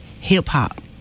hip-hop